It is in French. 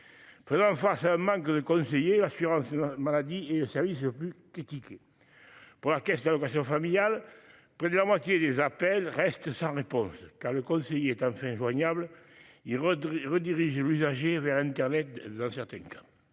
moyen. Face à un manque de conseiller l'assurance maladie et le service plus critiqué. Pour la Caisse d'allocations familiales, près de la moitié des appels restent sans réponse car le conseiller en injoignable. Il rediriger l'usager vers Internet. Elles incertain qu'.